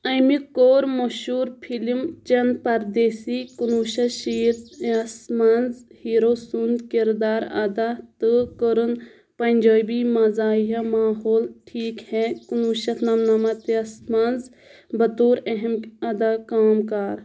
امہِ کو٘ر مشہوٗر فِلم چَن پردیسی کُنوُہ شیٚتھ شیٖتھ یس منٛز ہیٖرو سُنٛد کِردار ادا تہٕ کٔرٕن پنٛجٲبی مزاحِیہ ماحول ٹھیٖک ہے کُنوُہ شیٚتھ نَمنمَتھ یس منٛز بطوراہم ادا کام کار